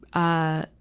ah,